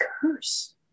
curse